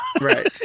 Right